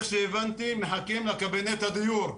מחכים לקבינט הדיור,